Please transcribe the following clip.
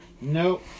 Nope